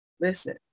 listen